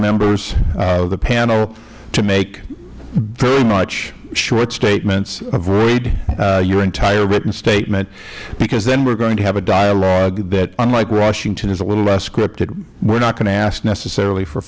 members of the panel to make very much short statements avoid your entire written statement because then we are going to have a dialogue that unlike washington is a little less scripted we are not going to ask necessarily for